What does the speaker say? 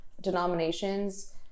denominations